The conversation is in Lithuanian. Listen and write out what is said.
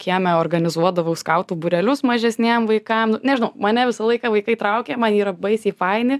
kieme organizuodavau skautų būrelius mažesniem vaikam nu nežinau mane visą laiką vaikai traukė man jie yra baisiai faini